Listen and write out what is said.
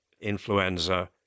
influenza